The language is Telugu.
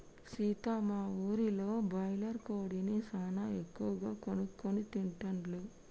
సీత మా ఊరిలో బాయిలర్ కోడిని సానా ఎక్కువగా కోసుకొని తింటాల్లు